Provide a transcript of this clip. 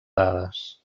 dades